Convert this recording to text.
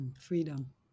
Freedom